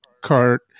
cart